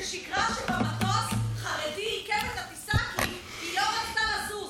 ששיקרה שבמטוס חרדי עיכב את הטיסה כי היא לא רצתה לזוז.